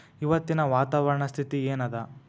ಇವತ್ತಿನ ವಾತಾವರಣ ಸ್ಥಿತಿ ಏನ್ ಅದ?